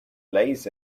lays